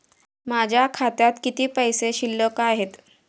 माझ्या खात्यात किती पैसे शिल्लक आहेत?